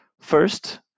First